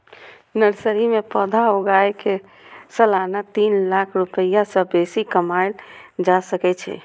nursery मे पौधा उगाय कें सालाना तीन लाख रुपैया सं बेसी कमाएल जा सकै छै